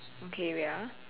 okay wait ah